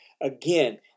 again